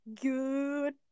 Good